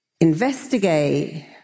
Investigate